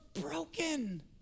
broken